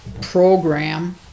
program